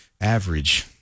average